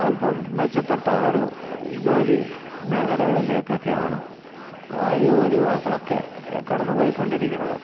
അൽപ്പം മെച്ചപ്പെട്ട ഒരു ജോലി മേഖലകളിലേക്കൊക്കെയാണ് യുവതി യുവാക്കളൊക്കെ കടന്നു പൊയ്ക്കൊണ്ടിരിക്കുന്നത്